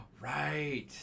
right